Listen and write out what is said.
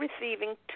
receiving